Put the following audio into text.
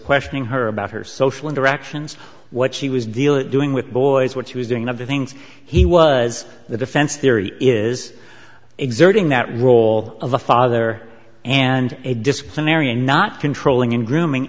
questioning her about her social interactions what she was dealing doing with boys what she was doing of the things he was the defense theory is exerting that role of a father and a disciplinary and not controlling in grooming